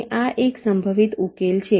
અને આ એક સંભવિત ઉકેલ છે